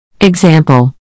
Example